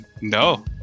no